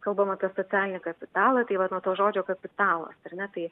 kalbama apie socialinį kapitalą tai vat nuo to žodžio kapitalas ar ne tai